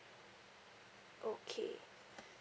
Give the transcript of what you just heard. okay